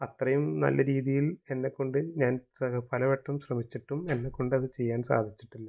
അത്രയും നല്ല രീതിയിൽ എന്നെക്കൊണ്ട് ഞാൻ പലവട്ടം ശ്രമിച്ചിട്ടും എന്നെക്കൊണ്ടത് ചെയ്യാൻ സാധിച്ചിട്ടില്ല